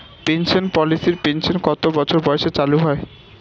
Pension পলিসির pension কত বছর বয়সে চালু হয়?